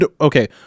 Okay